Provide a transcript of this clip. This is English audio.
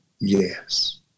Yes